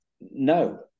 No